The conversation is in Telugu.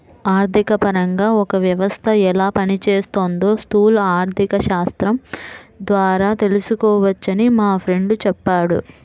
ఆర్థికపరంగా ఒక వ్యవస్థ ఎలా పనిచేస్తోందో స్థూల ఆర్థికశాస్త్రం ద్వారా తెలుసుకోవచ్చని మా ఫ్రెండు చెప్పాడు